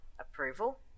approval